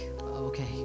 Okay